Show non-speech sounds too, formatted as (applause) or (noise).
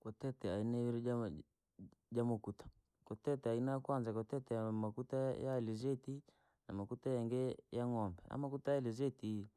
Kwatite ainaa iviee jama (hesitation) jaamakuta, kuteta aina yakwanza ni kuteta yamakuta ya alizetii, na makuta yangii yang'ombe, amakuta ya alizeti